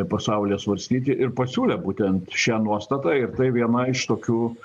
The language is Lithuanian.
pasaulyje svarstyti ir pasiūlė būtent šią nuostatą ir tai viena iš tokių